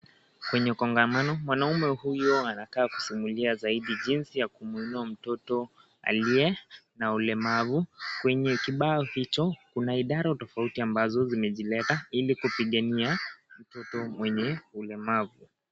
Kwenye kongamano mwanaume huyu anakaa kusimulia zaidi jinsi ya kumuinua mtoto aliye na uleamvu , kwenye kibao hicho kuna idara tofauti ambazo zimejileta ili kupigania mtoto mwenye ulemavu.